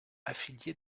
affilié